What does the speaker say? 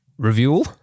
Review